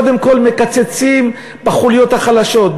קודם כול מקצצים בחוליות החלשות,